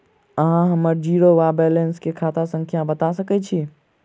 अहाँ हम्मर जीरो वा बैलेंस केँ खाता संख्या बता सकैत छी?